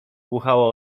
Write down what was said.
buchało